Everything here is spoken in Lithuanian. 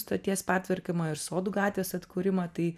stoties pertvarkymą ir sodų gatvės atkūrimą tai